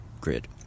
grid